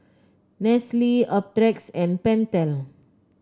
Nestle Optrex and Pentel